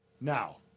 Now